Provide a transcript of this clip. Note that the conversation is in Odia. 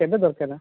କେବେ ଦରକାର